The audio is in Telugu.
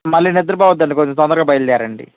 మళ్ళీ నిద్రపోవద్దండి కొద్దిగా తొందరగా బయల్దేరండి